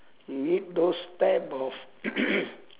be it those type of